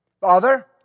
Father